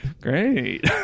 Great